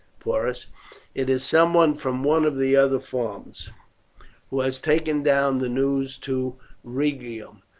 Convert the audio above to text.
porus it is some one from one of the other farms who has taken down the news to rhegium.